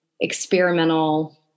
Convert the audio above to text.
experimental